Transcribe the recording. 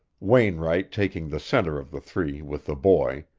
wainwright taking the center of the three with the boy,